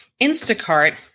Instacart